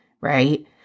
right